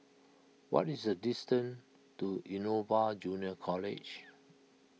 what is the distance to Innova Junior College